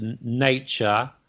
nature